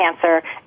cancer